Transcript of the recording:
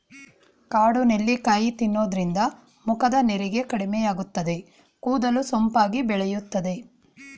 ಕಾಡು ನೆಲ್ಲಿಕಾಯಿ ತಿನ್ನೋದ್ರಿಂದ ಮುಖದ ನೆರಿಗೆ ಕಡಿಮೆಯಾಗುತ್ತದೆ, ಕೂದಲು ಸೊಂಪಾಗಿ ಬೆಳೆಯುತ್ತದೆ